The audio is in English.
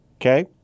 Okay